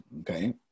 Okay